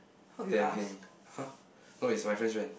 damn heng !huh! no wait it's my friend's friend